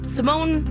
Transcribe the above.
Simone